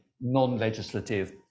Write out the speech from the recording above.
non-legislative